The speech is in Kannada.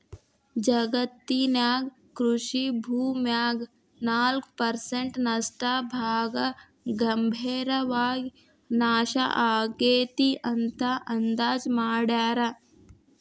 ಜಗತ್ತಿನ್ಯಾಗ ಕೃಷಿ ಭೂಮ್ಯಾಗ ನಾಲ್ಕ್ ಪರ್ಸೆಂಟ್ ನಷ್ಟ ಭಾಗ ಗಂಭೇರವಾಗಿ ನಾಶ ಆಗೇತಿ ಅಂತ ಅಂದಾಜ್ ಮಾಡ್ಯಾರ